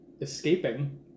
escaping